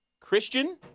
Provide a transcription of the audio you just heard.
Christian